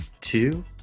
two